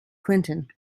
clinton